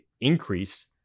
increase